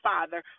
Father